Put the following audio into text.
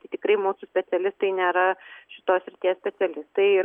tai tikrai mūsų specialistai nėra šitos srities specialistai